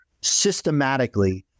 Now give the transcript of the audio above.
systematically